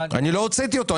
אני לא הוצאתי אותו.